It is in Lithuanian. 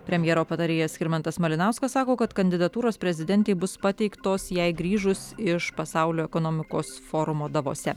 premjero patarėjas skirmantas malinauskas sako kad kandidatūros prezidentei bus pateiktos jai grįžus iš pasaulio ekonomikos forumo davose